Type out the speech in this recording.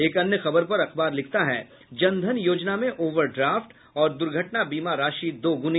एक अन्य खबर पर अखबार लिखता है जनधन योजना में ओवरड्राफ्ट और दुर्घटना बीमा राशि दोगुनी